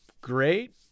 great